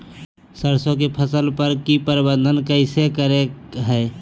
सरसों की फसल पर की प्रबंधन कैसे करें हैय?